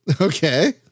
okay